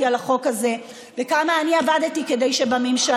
על החוק הזה וכמה אני עבדתי כדי שבממשלה,